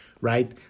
right